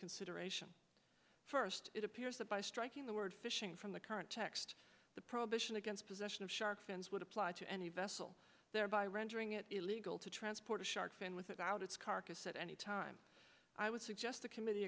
consideration first it appears that by striking the word fishing from the current text the prohibition against possession of shark fins would apply to any vessel thereby rendering it illegal to transport a shark fin without its carcass at any time i would suggest the committee